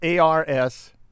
Ars